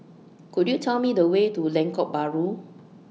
Could YOU Tell Me The Way to Lengkok Bahru